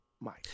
mike